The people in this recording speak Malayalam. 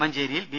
മഞ്ചേരിയിൽ ബി